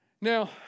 Now